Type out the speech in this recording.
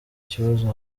kibazo